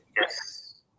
Yes